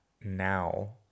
now